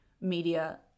media